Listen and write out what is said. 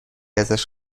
ازش